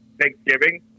Thanksgiving